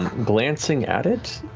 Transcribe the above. glancing at it,